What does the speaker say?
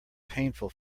painful